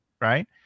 Right